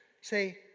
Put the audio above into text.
say